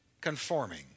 conforming